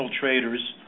traders